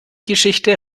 geschichte